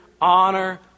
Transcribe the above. Honor